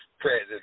President